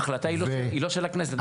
ההחלטה היא לא של הכנסת,